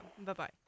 Bye-bye